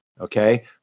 okay